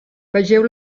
vegeu